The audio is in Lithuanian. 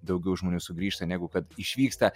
daugiau žmonių sugrįžta negu kad išvyksta